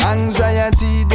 Anxiety